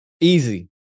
Easy